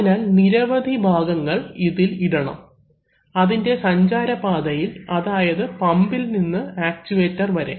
അതിനാൽ നിരവധി ഭാഗങ്ങൾ ഇതിൽ ഇടണം അതിൻറെ സഞ്ചാര പാതയിൽ അതായത് പമ്പിൽ നിന്ന് ആക്ചുവെറ്റർ വരെ